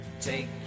Take